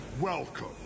welcome